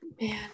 man